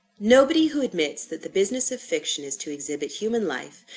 nobody who admits that the business of fiction is to exhibit human life,